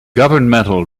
governmental